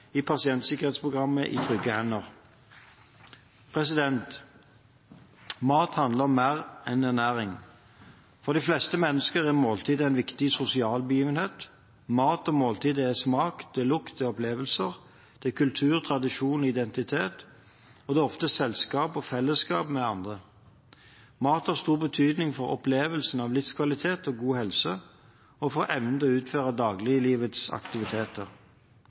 pasientsikkerhetsprogrammet I trygge hender 24-7. Mat handler om mer enn ernæring. For de fleste mennesker er måltidene en viktig sosial begivenhet. Mat og måltider er smak, lukt og opplevelser, kultur, tradisjon og identitet, og det er ofte selskap og fellesskap med andre. Mat har stor betydning for opplevelsen av livskvalitet og god helse, og for evnen til å utføre dagliglivets aktiviteter.